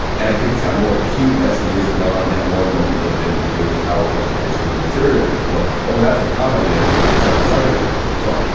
and i think it's got more cute as the years have gone on and more and more people have been doing these our presentations of material. people go, oh, that's what comedy is. it's not this other thing. so.